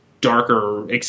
darker